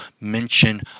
mention